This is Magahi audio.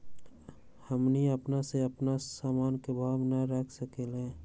हमनी अपना से अपना सामन के भाव न रख सकींले?